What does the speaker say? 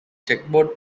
checkerboard